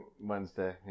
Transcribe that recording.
Wednesday